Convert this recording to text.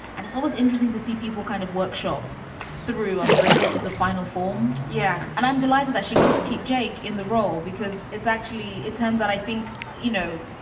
and it's always interesting to see people kind of workshop through until they get to the final form. yeah. and i'm delighted that she got to keep jake in the role, because it's actually it turns out, i think, you know,